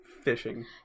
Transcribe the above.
fishing